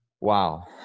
Wow